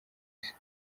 isi